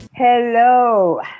Hello